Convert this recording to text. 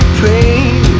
pain